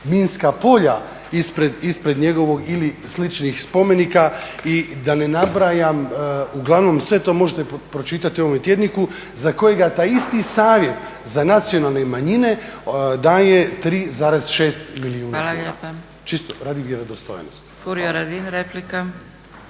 minska polja ispred njegovog ili sličnih spomenika i da ne nabrajam, uglavnom sve to možete pročitati u ovome tjedniku za kojega taj isti Savjet za nacionalne manjine daje 3,6 milijuna kuna. Čisto radi vjerodostojnosti.